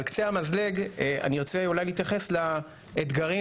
על קצה המזלג אני ארצה להתייחס לאתגרים